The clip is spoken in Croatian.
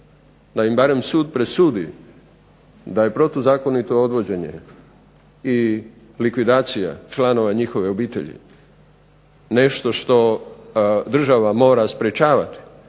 da im barem sud presudi da je protuzakonito odvođenje i likvidacija članova njihove obitelji nešto što država mora sprječavati